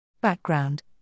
Background